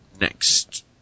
next